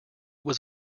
was